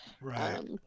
Right